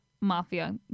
Mafia